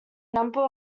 number